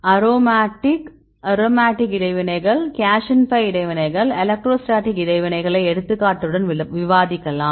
aromatic aromatic இடைவினைகள் cation pi இடைவினைகள் electrostatic இடைவினைகளை எடுத்துக்காட்டுடன் விவாதிக்கலாம்